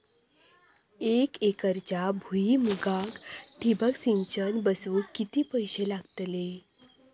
एक एकरच्या भुईमुगाक ठिबक सिंचन बसवूक किती पैशे लागतले?